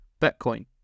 Bitcoin